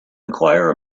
enquire